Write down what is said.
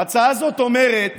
ההצעה הזאת אומרת